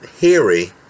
hairy